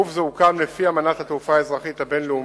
גוף זה הוקם לפי אמנת התעופה האזרחית הבין-לאומית,